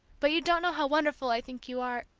but you don't know how wonderful i think you are